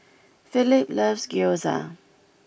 Felipe loves Gyoza